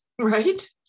Right